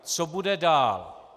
Co bude dál?